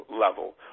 level